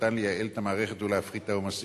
שמטרתן לייעל את המערכת ולהפחית את העומסים.